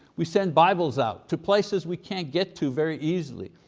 we send bibles out to places we can't get to very easily,